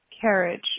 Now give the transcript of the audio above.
carriage